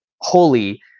holy